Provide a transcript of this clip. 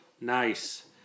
Nice